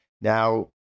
now